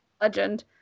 Legend